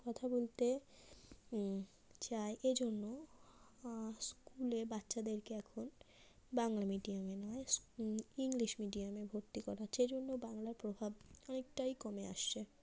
কথা বলতে চায় এজন্য স্কুলে বাচ্চাদেরকে এখন বাংলা মিডিয়ামে নয় ইংলিশ মিডিয়ামে ভর্তি করাচ্ছে সেই জন্য বাংলার প্রভাব অনেকটাই কমে আসছে